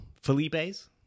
Felipe's